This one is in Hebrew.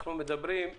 אנחנו מדברים על